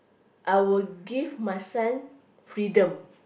I will give my son freedom